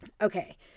okay